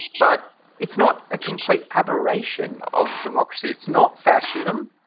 but it's not a complete aberration of democracy. it's not fascism.